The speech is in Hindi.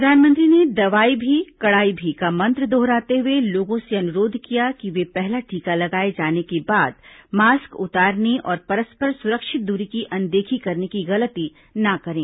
प्रधानमंत्री ने दवाई भी कड़ाई भी का मंत्र दोहराते हुए लोगों से अनुरोध किया कि वे पहला टीका लगाए जाने के बाद मास्क उतारने और परस्पर सुरक्षित दूरी की अनदेखी करने की गलती न करें